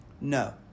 No